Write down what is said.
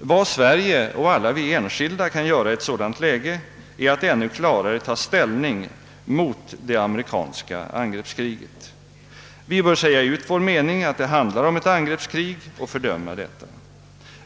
Vad Sverige och alla vi enskilda kan göra i ett sådant läge är att ännu klarare ta ställning mot det amerikanska angreppskriget. Vi bör säga vår mening att det handlar om ett angreppskrig och fördöma det.